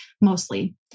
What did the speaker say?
mostly